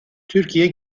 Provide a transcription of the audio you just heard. türkiye